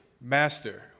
Master